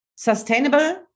sustainable